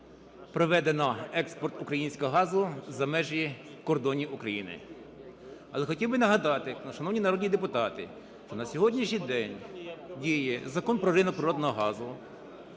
проведено експорт українського газу за межі кордонів України. Але хотів би нагадати, шановні народні депутати, що на сьогоднішній день діє Закон "Про ринок природного газу"